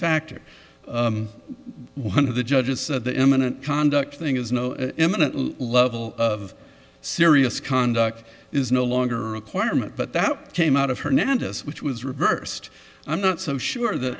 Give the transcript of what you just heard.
factor one of the judges said the eminent conduct thing is no imminent level of serious conduct is no longer a requirement but that came out of her notice which was reversed i'm not so sure th